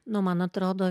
nu man atrodo